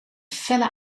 felle